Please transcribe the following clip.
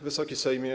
Wysoki Sejmie!